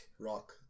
Rock